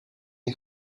een